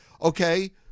okay